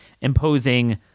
imposing